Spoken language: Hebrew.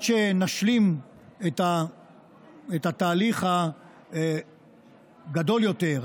עד שנשלים את התהליך הגדול יותר,